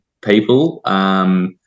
people